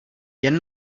jen